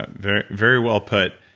very very well put.